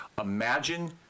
Imagine